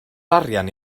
arian